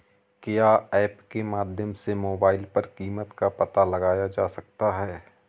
क्या ऐप के माध्यम से मोबाइल पर कीमत का पता लगाया जा सकता है?